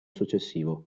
successivo